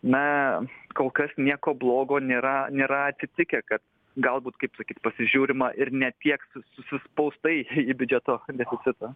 na kol kas nieko blogo nėra nėra atsitikę kad galbūt kaip sakyt pasižiūrima ir ne tiek su suspaustai biudžeto deficitą